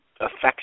affects